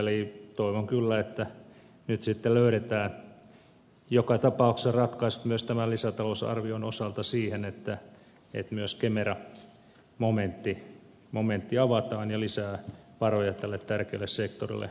eli toivon kyllä että nyt sitten löydetään joka tapauksessa ratkaisut myös tämän lisätalousarvion osalta siihen että myös kemera momentti avataan ja lisää varoja tälle tärkeälle sektorille löydetään